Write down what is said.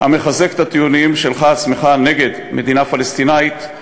המחזק את הטיעונים שלך עצמך נגד מדינה פלסטינית.